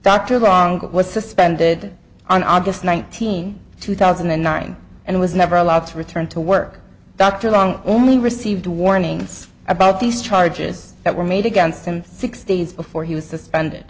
dr wrong was suspended on august nineteenth two thousand and nine and was never allowed to return to work dr long only received warnings about these charges that were made against him six days before he was suspended